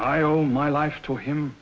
i owe my life to him